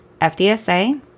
FDSA